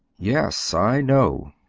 yes, i know,